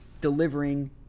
delivering